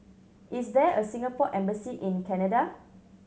is there a Singapore Embassy in Canada